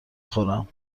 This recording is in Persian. خورم